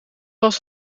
was